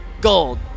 gold